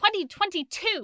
2022